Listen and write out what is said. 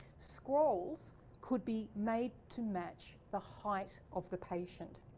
scrolls could be made to match the height of the patient.